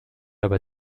aber